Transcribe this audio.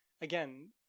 again